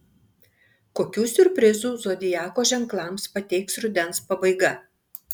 kokių siurprizų zodiako ženklams pateiks rudens pabaiga